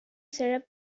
syrup